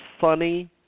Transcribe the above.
funny